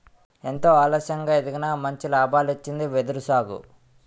ఎంతో ఆలస్యంగా ఎదిగినా మంచి లాభాల్నిచ్చింది వెదురు సాగు